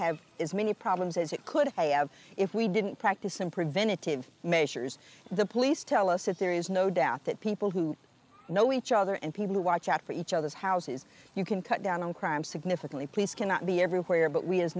have as many problems as it could have if we didn't practice in preventative measures the police tell us that there is no doubt that people who know each other and people who watch out for each other's houses you can cut down on crime significantly police cannot be everywhere but we as